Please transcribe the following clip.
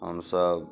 हमसब